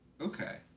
Okay